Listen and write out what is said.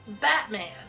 Batman